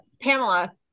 Pamela